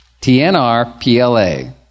T-N-R-P-L-A